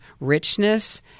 richness